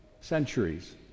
centuries